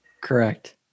Correct